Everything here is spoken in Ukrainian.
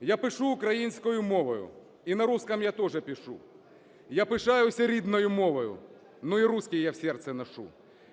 "Я пишу українською мовою, и на русском я тоже пишу. Я пишаюся рідною мовою, но и русский я в сердце ношу.